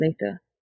later